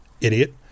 idiot